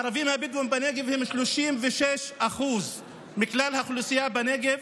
הערבים הבדואים בנגב הם 36% מכלל האוכלוסייה בנגב,